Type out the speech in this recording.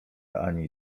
ani